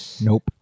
Nope